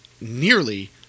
nearly